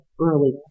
earlier